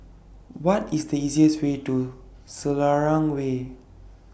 What IS The easiest Way to Selarang Way